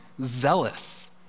zealous